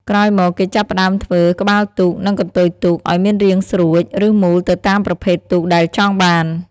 ក្រោយមក គេចាប់ផ្តើមធ្វើ ក្បាលទូក និង កន្ទុយទូក ឲ្យមានរាងស្រួច ឬមូលទៅតាមប្រភេទទូកដែលចង់បាន។